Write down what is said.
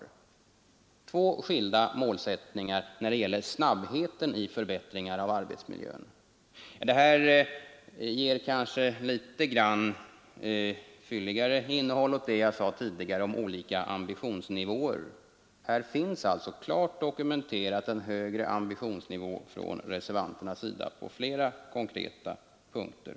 Det finns således två skilda målsättningar när det gäller snabbheten i förbättringen av arbetsmiljön. Det nu anförda ger kanske litet fylligare innehåll åt det jag sade tidigare om olika ambitionsnivåer. Här finns alltså en högre ambitionsnivå klart dokumenterad från reservanternas sida på flera konkreta punkter.